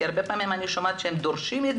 כי אני שומעת הרבה פעמים שהם דורשים את